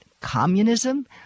communism